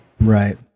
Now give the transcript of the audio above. Right